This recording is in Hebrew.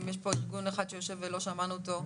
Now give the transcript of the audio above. אם יש פה ארגון שיושב ולא שמענו אותו.